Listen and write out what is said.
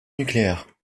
nucléaire